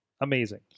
amazing